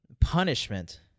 punishment